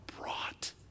brought